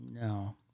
No